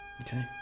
okay